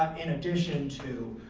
um in addition to.